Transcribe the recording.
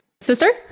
Sister